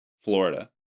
Florida